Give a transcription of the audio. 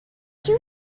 too